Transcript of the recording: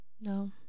No